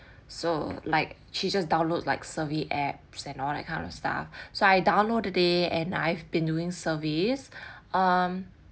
so like she just download like survey apps and all that kind of stuff so I downloaded it and I've been doing surveys um